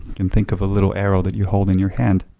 and think of a little arrow that you hold in your hand.